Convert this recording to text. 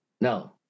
No